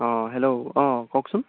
অঁ হেল্ল' অঁ কওকচোন